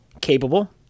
capable